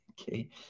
Okay